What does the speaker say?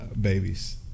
babies